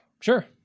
Sure